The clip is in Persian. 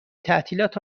تعطیلات